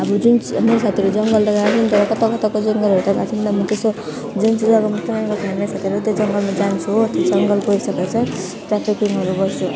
अब जुन मेरो साथीहरू जङ्गल त गएको थियो नि त कता कताको जङ्गलहरू त गएको छ नि त म त्यसको जुन चाहिँ जग्गा जङ्गलमा जान्छु हो जङ्गल गइसके पछि ट्राफिकिङहरू गर्छु